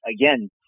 again